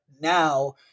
now